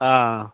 ꯑꯥ